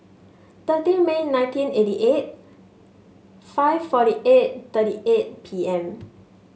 thirty May nineteen eighty eight five forty eight thirty eight P M